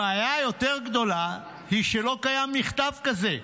הבעיה היותר גדולה היא שלא קיים מכתב כזה,